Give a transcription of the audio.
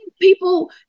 people